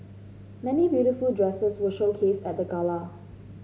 many beautiful dresses were showcased at the gala